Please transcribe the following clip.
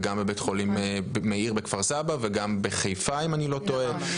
בבית חולים ׳מאיר׳ בכפר סבא וגם בחיפה אם אני לא טועה.